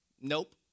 Nope